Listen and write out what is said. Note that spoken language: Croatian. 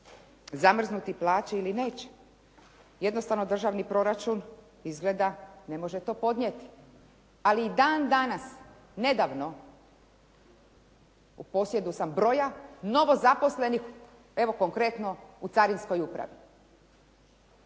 zamrznuti plaće ili neće, jednostavno državni proračun izgleda ne može to podnijeti. Ali dan danas, nedavno, u posjedu sam broja, novozaposlenih evo konkretno u carinskoj upravi,